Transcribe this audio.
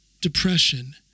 depression